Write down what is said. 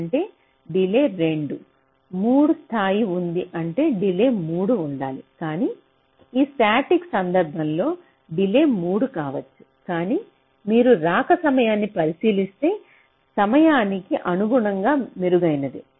అంటే డిలే 2 3 స్థాయి ఉంది అంటే డిలే 3 ఉండాలి కానీ ఈ స్టాటిక్ సందర్భాల్లో డిలే 3 కావచ్చు కానీ మీరు రాక సమయాన్ని పరిశీలిస్తే సమయానికి అనుగుణంగా మెరుగైనది